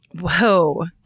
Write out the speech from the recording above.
Whoa